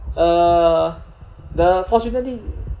uh the fortunately